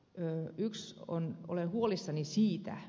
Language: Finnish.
eero yks kun olen huolissani siitä